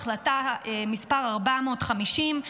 החלטה מס' 450,